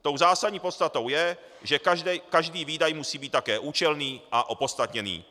Tou zásadní podstatou je, že každý výdaj musí být také účelný a opodstatněný.